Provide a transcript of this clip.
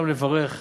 אין מה לגעת בה.